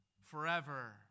Forever